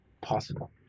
possible